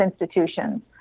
institutions